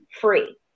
free